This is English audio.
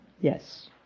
Yes